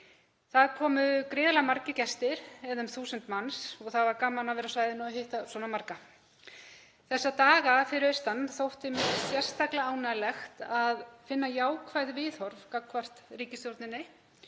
Það komu gríðarlega margir gestir, eða um 1.000 manns, og það var gaman að vera á svæðinu og hitta svona marga. Þessa daga fyrir austan þótti mér sérstaklega ánægjulegt að finna jákvæð viðhorf gagnvart ríkisstjórninni